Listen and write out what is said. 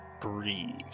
breathe